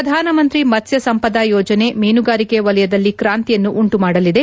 ಪ್ರಧಾನಮಂತ್ರಿ ಮತ್ತ್ಯ ಸಂಪದ ಯೋಜನೆ ಮೀನುಗಾರಿಕೆ ವಲಯದಲ್ಲಿ ಕಾಂತಿಯನ್ನು ಉಂಟುಮಾಡಲಿದೆ